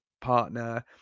partner